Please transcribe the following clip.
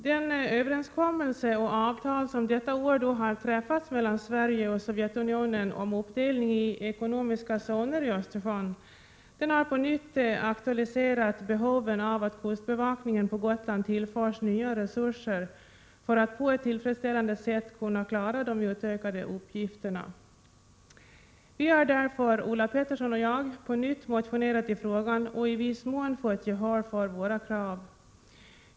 Den överenskommelse som detta år träffats mellan Sverige och Sovjetunionen om uppdelning av Östersjön i ekonomiska zoner har på nytt aktualiserat behovet av att kustbevakningen på Gotland tillförs nya resurser för att på ett tillfredsställande sätt kunna klara de utökade uppgifterna. Vi har därför, Ulla Pettersson och jag, på nytt motionerat i frågan ochi viss mån fått gehör för våra krav.